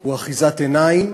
הוא אחיזת עיניים,